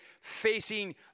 facing